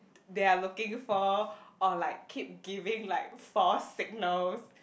they are looking for or like keep giving like fault signals